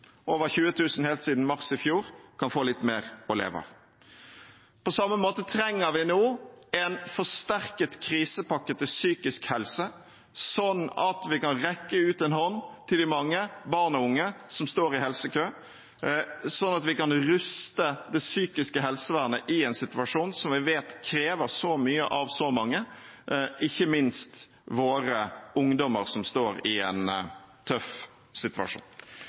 over 20 000 helt siden mars i fjor – kan få litt mer å leve av. På samme måte trenger vi nå en forsterket krisepakke til psykisk helse, sånn at vi kan rekke ut en hånd til de mange, barn og unge, som står i helsekø, sånn at vi kan ruste det psykiske helsevernet i en situasjon som vi vet krever så mye av så mange, ikke minst våre ungdommer som står i en tøff situasjon.